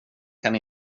kan